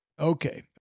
Okay